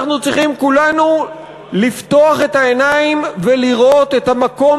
אנחנו צריכים כולנו לפקוח את העיניים ולראות את המקום